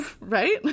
Right